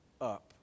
up